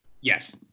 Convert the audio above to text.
Yes